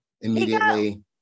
immediately